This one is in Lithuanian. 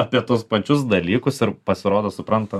apie tuos pačius dalykus ir pasirodo suprantam